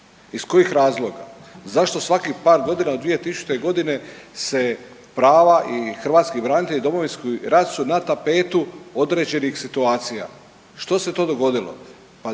Iz kojih razloga? Zašto svakih par godina od 2000. godine se prava i hrvatski branitelji i Domovinski rat su na tapetu određenih situacija. Što se to dogodilo?